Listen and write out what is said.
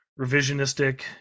revisionistic